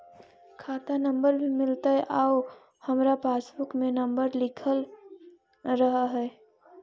खाता नंबर भी मिलतै आउ हमरा पासबुक में नंबर लिखल रह है?